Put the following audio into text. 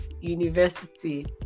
university